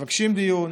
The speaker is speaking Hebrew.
מבקשים דיון,